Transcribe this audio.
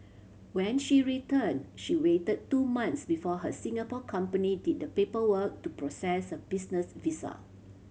when she returned she waited two months before her Singapore company did the paperwork to process her business visa